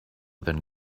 than